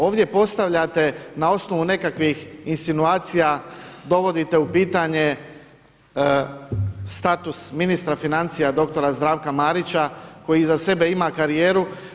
Ovdje postavljate na osnovu nekakvih insinuacija, dovodite u pitanje status ministra financija dr. Zdravka Marića koji iza sebe ima karijeru.